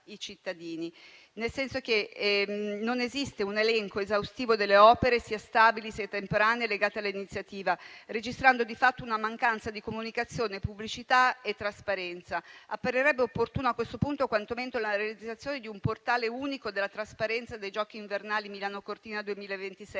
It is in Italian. nel senso che non esiste un elenco esaustivo delle opere, sia stabili, sia temporanee, legate all'iniziativa, registrando di fatto mancanza di comunicazione, pubblicità e trasparenza. Apparirebbe opportuno, a questo punto, quantomeno la realizzazione di un portale unico della trasparenza dei Giochi invernali di Milano-Cortina 2026,